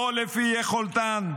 לא לפי יכולתן,